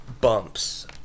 bumps